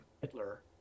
Hitler